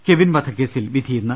Kevin വധക്കേസിൽ വിധി ഇന്ന്